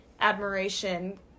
admiration